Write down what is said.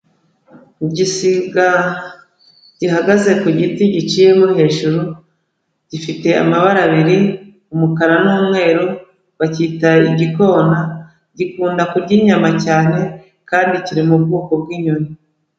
Igisiga gihagaze ku giti giciyemo hejuru, gifite amabara abiri, umukara n'umweru, bakita igikona, gikunda kurya inyama cyane, kandi kiri mu bwoko bw'inyoni.